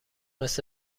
مثه